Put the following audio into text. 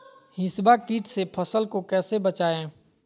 हिसबा किट से फसल को कैसे बचाए?